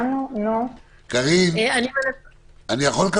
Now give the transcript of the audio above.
אנחנו יכולים